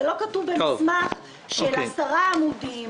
זה לא כתוב במסמך של עשרה עמודים